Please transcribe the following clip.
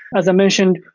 as i mentioned,